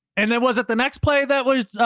and it wasn't the next play that was,